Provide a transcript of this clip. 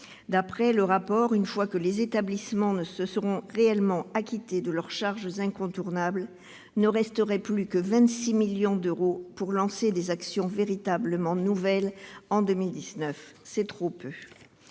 de la culture, une fois que les établissements se seront réellement acquittés de leurs charges incontournables, ne resteraient plus que 26 millions d'euros pour lancer des actions véritablement nouvelles en 2019. C'est trop peu